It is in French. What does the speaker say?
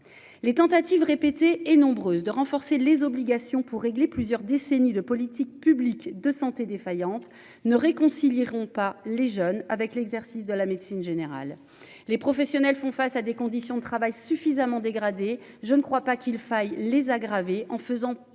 les tentatives répétées et nombreuses de renforcer les obligations pour régler plusieurs décennies de politiques publiques de santé défaillante, ne réconcilieront pas les jeunes avec l'exercice de la médecine générale, les professionnels font face à des conditions de travail suffisamment dégradée. Je ne crois pas qu'il faille les aggraver en faisant